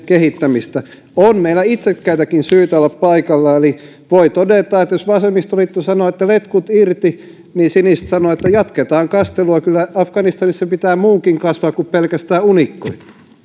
kehittämistä on meillä itsekkäitäkin syitä olla paikalla eli voi todeta että jos vasemmistoliitto sanoo että letkut irti niin siniset sanoo että jatketaan kastelua kyllä afganistanissa pitää muunkin kasvaa kuin pelkästään unikkojen